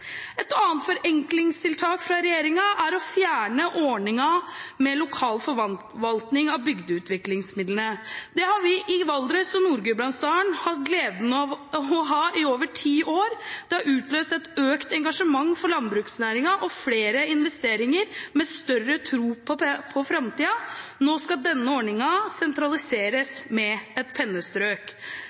Et annet forenklingstiltak fra regjeringens side er å fjerne ordningen med lokal forvaltning av bygdeutviklingsmidlene. Det har vi i Valdres og Nord-Gudbrandsdalen hatt gleden av å ha i over ti år. Det har utløst et økt engasjement for landbruksnæringen og flere investeringer med større tro på framtiden. Nå skal denne ordningen sentraliseres med et pennestrøk.